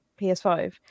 PS5